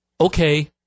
Okay